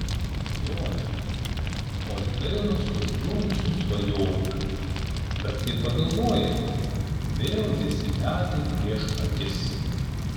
jonai oi gaila sužlugusių svajonių bet kai pagalvoji vėl visi metai prieš akis